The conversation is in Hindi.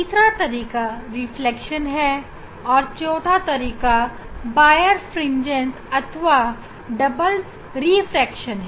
तीसरा तरीका रिफ्लेक्शन है और चौथा तरीका बायरफ्रिंजेस अथवा डबल रिफ्रैक्शन है